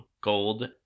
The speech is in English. gold